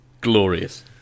glorious